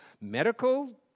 medical